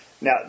Now